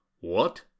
What